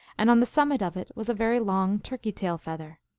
and on the summit of it was a very long turkey-tail feather.